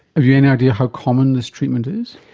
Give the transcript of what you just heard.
have you any idea how common this treatment is?